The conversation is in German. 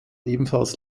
ebenfalls